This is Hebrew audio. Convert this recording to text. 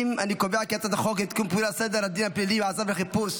להעביר את הצעת חוק לתיקון פקודת סדר הדין הפלילי (מעצר וחיפוש)